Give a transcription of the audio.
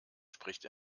spricht